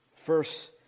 First